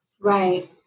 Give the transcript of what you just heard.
Right